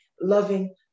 loving